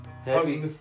Happy